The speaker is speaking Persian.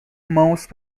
ماوس